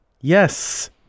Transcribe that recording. Yes